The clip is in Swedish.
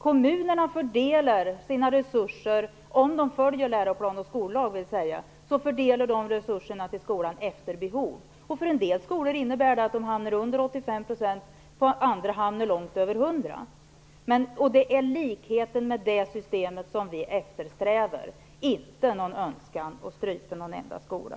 Kommunerna fördelar sina resurser till skolorna efter behov, om de följer läroplan och skollag. För en del skolor innebär det att de hamnar under 85 %, och andra hamnar långt över Det är likheten med det systemet som vi eftersträvar. Vi önskar inte strypa någon enda skola.